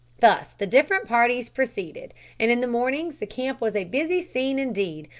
thus the different parties proceeded, and in the mornings the camp was a busy scene indeed,